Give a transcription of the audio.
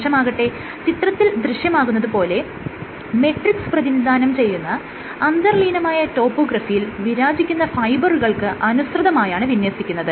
കോശമാകട്ടെ ചിത്രത്തിൽ ദൃശ്യമാകുന്നത് പോലെ മെട്രിക്സ് പ്രതിനിധാനം ചെയ്യുന്ന അന്തർലീനമായ ടോപ്പോഗ്രാഫിയിൽ വിരാചിക്കുന്ന ഫൈബറുകൾക്ക് അനുസൃതമായാണ് വിന്യസിക്കുന്നത്